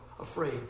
afraid